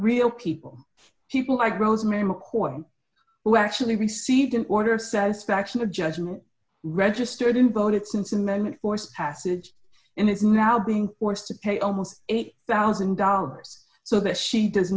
real people people like rosemary mccoy who actually received an order satisfaction a judgment registered invalid since amendment forced passage and is now being forced to pay almost eight thousand dollars so that she does